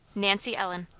nancy ellen.